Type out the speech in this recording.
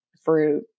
fruit